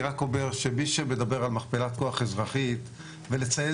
אני רק אומר שמי שמדבר על מכפלת כוח אזרחית ולצייד